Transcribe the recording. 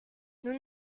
nous